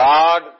God